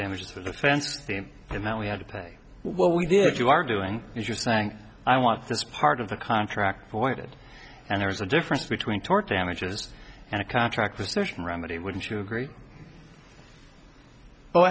damages for the fans theme and that we had to pay what we did you are doing is you're saying i want this part of the contract voided and there's a difference between tort damages and a contract with a certain remedy wouldn't you agree oh